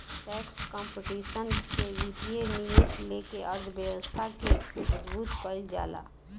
tax competition से वित्तीय निवेश लेके अर्थव्यवस्था के मजबूत कईल जाला